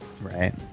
Right